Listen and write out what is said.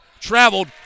traveled